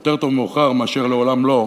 יותר טוב מאוחר מאשר לעולם לא.